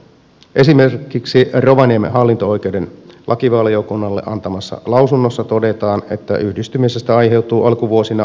esimerkiksi rovaniemen hallinto oikeuden lakivaliokunnalle antamassa lausunnossa todetaan että yhdistymisestä aiheutuu alkuvuosina lisäkustannuksia